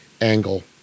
angle